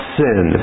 sin